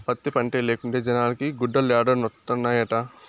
పత్తి పంటే లేకుంటే జనాలకి గుడ్డలేడనొండత్తనాయిట